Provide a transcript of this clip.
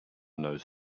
knows